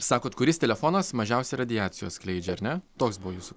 sakot kuris telefonas mažiausiai radiacijos skleidžia ar ne toks buvo jūsų